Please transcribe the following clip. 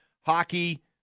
hockey